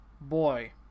Boy